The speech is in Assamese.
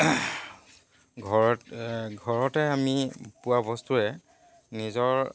ঘৰত ঘৰতে আমি পোৱা বস্তুৱে নিজৰ